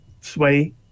sway